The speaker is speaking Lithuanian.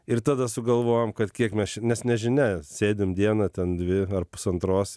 ir tada sugalvojom kad kiek mes čia nes nežinia sėdim dieną ten dvi ar pusantros